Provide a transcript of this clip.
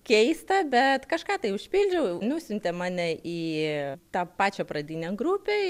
keista bet kažką tai užpildžiau nusiuntė mane į tą pačią pradinę grupę